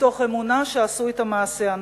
מתוך אמונה שעשו את המעשה הנכון,